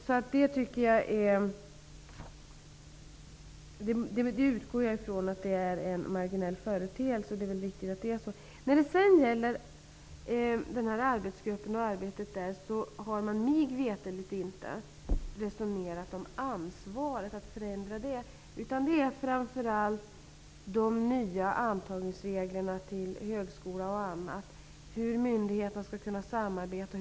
Jag utgår från att det Eva Johansson talar om är en marginell företeelse. I arbetsgruppen har man mig veterligt inte resonerat om att förändra ansvaret. Man har framför allt diskuterat de nya reglerna för antagning till universitet och högskolor samt hur myndigheterna skall kunna samarbeta.